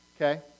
okay